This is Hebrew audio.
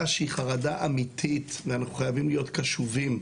שהיא חרדה אמיתית ואנחנו חייבים להיות קשובים,